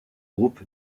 groupe